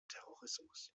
terrorismus